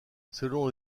selon